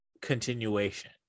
continuation